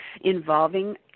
involving